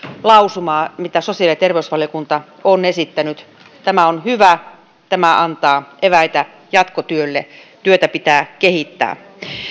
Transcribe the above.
lausumaa mitä sosiaali ja terveysvaliokunta on esittänyt tämä on hyvä tämä antaa eväitä jatkotyölle työtä pitää kehittää